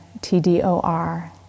TDOR